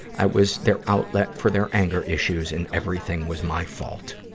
i was their outlet for their anger issues, and everything was my fault.